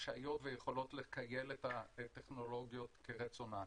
רשאיות ויכולות לכייל את הטכנולוגיות כרצונן.